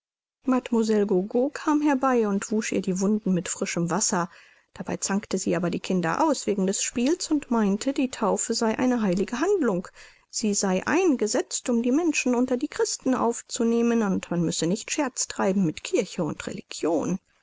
kam herbei und wusch ihr die wunden mit frischem wasser dabei zankte sie aber die kinder aus wegen des spiels und meinte die taufe sei eine heilige handlung sie sei eingesetzt um die menschen unter die christen aufzunehmen und man müsse nicht scherz treiben mit kirche und religion